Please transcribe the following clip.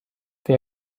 they